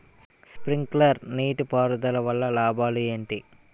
Sprinkler నీటిపారుదల వల్ల లాభాలు ఏంటి?